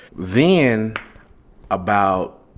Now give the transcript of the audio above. then about